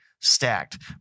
stacked